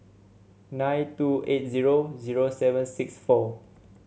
nine two eight zero zero seven six four